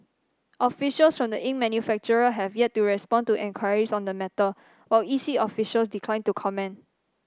officials from the ink manufacturer have yet to respond to enquiries on the matter while E C officials declined to comment